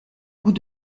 goût